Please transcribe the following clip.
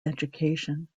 education